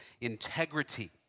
integrity